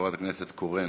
חברת הכנסת קורן